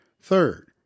Third